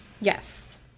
Yes